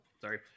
Sorry